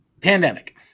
pandemic